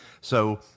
So-